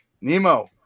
Nemo